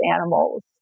animals